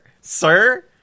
Sir